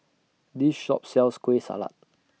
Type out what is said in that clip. This Shop sells Kueh Salat